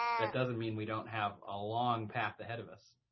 that doesn't mean we don't have a long path ahead of us.